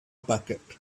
bucket